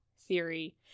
theory